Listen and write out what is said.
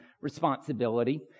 responsibility